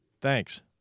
Thanks